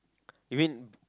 you mean